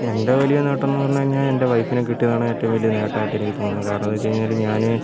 എൻ്റെ വലിയ നേട്ടമെന്ന് പറഞ്ഞുകഴിഞ്ഞാൽ എൻ്റെ വൈഫിനെ കിട്ടിയതാണ് ഏറ്റവും വലിയ നേട്ടമായിട്ട് എനിക്ക് തോന്നുന്നത് കാരണമെന്ന് വെച്ചുകഴിഞ്ഞാല് ഞാന്